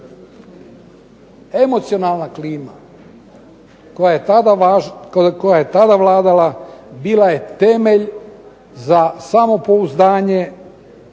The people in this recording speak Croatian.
emocionalna klima koja je tada vladala bila je temelj za samopouzdanje,